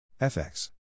FX